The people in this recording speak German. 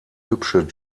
hübsche